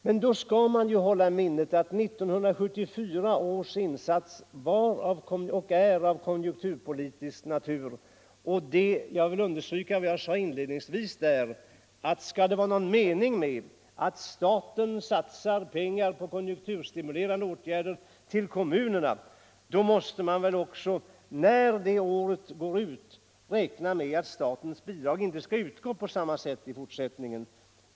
Men då skall man komma ihåg att 1974 års insats är av konjunkturpolitisk natur. Jag vill understryka vad jag sade inledningsvis, nämligen att skall det vara "någon mening med att staten satsar pengar på konjunkturstimulerande åtgärder till kommunerna, då måste man väl också när året är slut räkna med att statens bidrag inte skall utgå på samma sätt i fortsättningen.